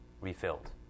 refilled